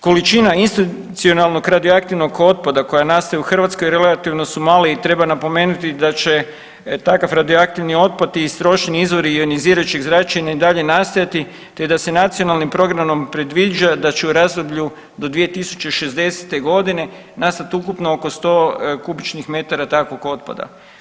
Količina institucionalnog radioaktivnog otpada koja nastaje u Hrvatskoj relativno su male i treba napomenuti da će takav radioaktivni otpad i istrošeni izvori ionizirajućeg zračenja i dalje nastajati, te da se nacionalnim programom predviđa da će u razdoblju do 2060.g. nastat ukupno oko 100 m3 takvog otpada.